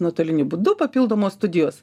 nuotoliniu būdu papildomos studijos